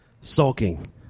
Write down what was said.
sulking